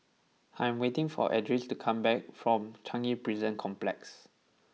I am waiting for Edris to come back from Changi Prison Complex